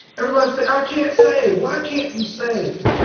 everybody says i can't save why can't you save?